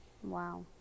Wow